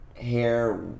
hair